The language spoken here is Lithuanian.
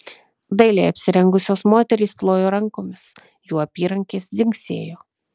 dailiai apsirengusios moterys plojo rankomis jų apyrankės dzingsėjo